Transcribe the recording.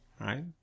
Right